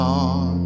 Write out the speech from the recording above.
on